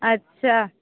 अच्छा